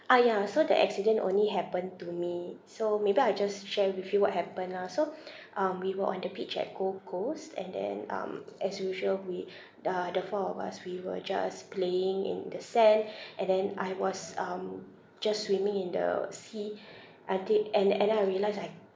ah ya so the accident only happened to me so maybe I just share with you what happened lah so um we were on the beach at gold coast and then um as usual we the the four of us we were just playing in the sand and then I was um just swimming in the sea I did and and then I realised I